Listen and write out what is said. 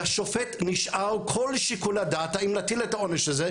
לשופט נשאר כל שיקול הדעת האם להטיל את העונש הזה,